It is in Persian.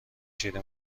شیر